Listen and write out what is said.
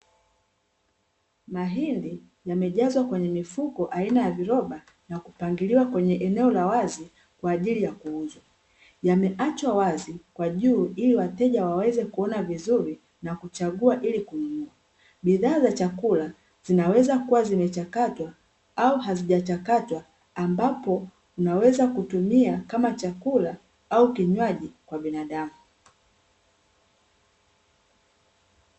Mahindi yamejazwa kwenye mifuko aina ya viroba, na kupangiliwa kwenye eneo la wazi kwa ajili ya kuuzwa. Yameachwa wazi kwa juu ili wateja waweze kuona vizuri, na kuchagua ili kununua. Bidhaa za chakula zinaweza kuwa zimechakatwa au hazijachakatwa, ambapo unaweza kutumia kama chakula au kinywaji kwa binadamu.